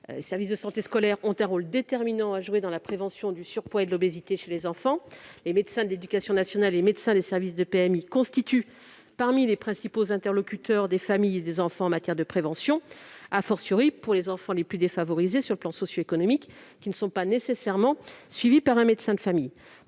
(PMI). Les services de santé scolaire ont un rôle déterminant à jouer dans la prévention du surpoids et de l'obésité chez les enfants. Les médecins de l'éducation nationale et les médecins des services de PMI figurent parmi les principaux interlocuteurs des familles et des enfants en matière de prévention, pour les enfants les plus défavorisés sur le plan socioéconomique, qui ne sont pas nécessairement suivis par un médecin de famille.